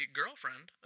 girlfriend